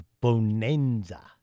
bonanza